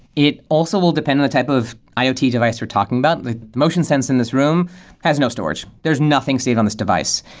it also will depend on the type of iot ah device we're talking about. the motion sense in this room has no storage. there's nothing saved on this device.